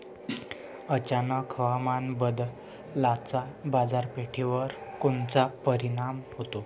अचानक हवामान बदलाचा बाजारपेठेवर कोनचा परिणाम होतो?